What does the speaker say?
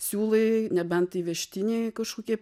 siūlai nebent įvežtiniai kažkokie